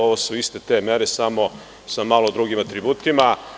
Ovo su iste te mere, samo sa drugim atributima.